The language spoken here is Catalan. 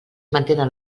mantenen